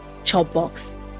Chopbox